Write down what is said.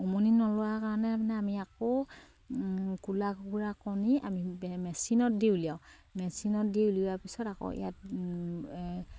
উমনি নোলোৱাৰ কাৰণে মানে আমি আকৌ কোলা কুকুৰা কণী আমি মেচিনত দি উলিয়াওঁ মেচিনত দি উলিওৱাৰ পিছত আকৌ ইয়াত